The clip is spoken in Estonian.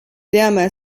teame